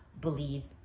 believe